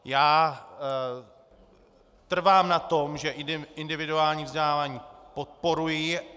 Já trvám na tom, že individuální vzdělávání podporuji.